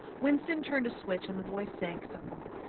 winston turned a switch and the voice sank somewhat,